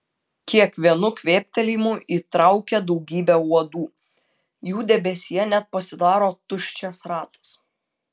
kiekvienu kvėptelėjimu įtraukia daugybę uodų jų debesyje net pasidaro tuščias ratas